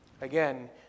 Again